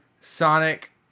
Sonic